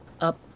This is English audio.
up